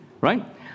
right